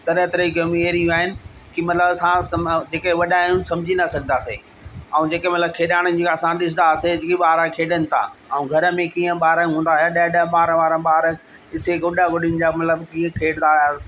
तरह तरह जूं गेमूं अहिड़ियूं आहिनि की मतिलबु असां समां जेके वॾा आहियूं समुझी न सघंदासीं ऐं जेके मतिलबु खेॾाण जूं असां बि ॾिसंदा हुआसीं की ॿार खेॾनि था ऐं घर में कीअं ॿार हूंदा हुआ ॾह ॾह ॿारहं ॿारहं ॿार से गुॾा गुॾियुनि जा मतिलबु इहे खेॾंदा हुया